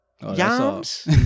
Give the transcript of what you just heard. Yams